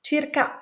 Circa